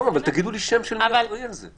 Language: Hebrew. תגידו לי שם של מישהו שאחראי על זה.